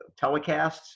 telecasts